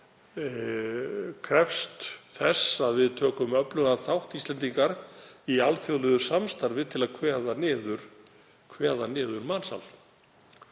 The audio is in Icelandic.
krefst þess að við tökum öflugan þátt, Íslendingar, í alþjóðlegu samstarfi til að kveða niður mansal.